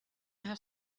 have